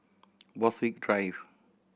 Borthwick Drive